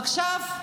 עכשיו,